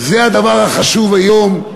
זה הדבר החשוב היום?